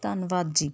ਧੰਨਵਾਦ ਜੀ